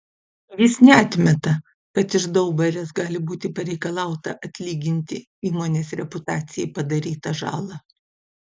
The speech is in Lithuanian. jis neatmeta kad iš daubarės gali būti pareikalauta atlyginti įmonės reputacijai padarytą žalą